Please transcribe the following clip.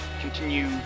continue